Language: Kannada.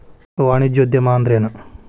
ವಾಣಿಜ್ಯೊದ್ಯಮಾ ಅಂದ್ರೇನು?